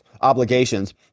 obligations